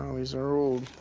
these are old.